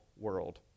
world